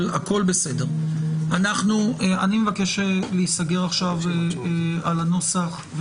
אני מבקש להיסגר עכשיו על הנוסח.